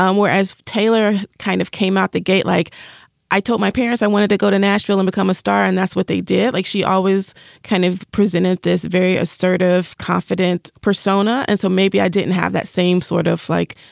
um whereas taylor kind of came out the gate, like i told my parents i wanted to go to nashville and become a star. and that's what they did. like, she always kind of presented this very assertive, confident persona. and so maybe i didn't have that same sort of like,